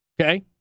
Okay